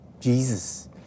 Jesus